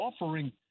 offering